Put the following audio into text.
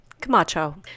Camacho